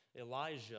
Elijah